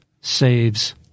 saves